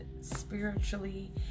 spiritually